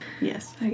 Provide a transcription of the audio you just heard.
Yes